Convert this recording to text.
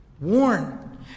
Warn